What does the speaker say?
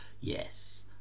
yes